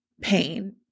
pain